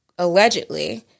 allegedly